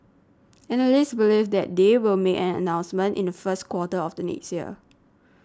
analysts believe that they will make an announcement in the first quarter of the next year